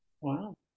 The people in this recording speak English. Wow